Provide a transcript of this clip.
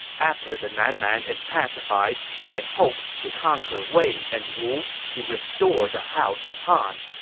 after the nan man is pacified, i hope to conquer wei and wu to restore the house of han.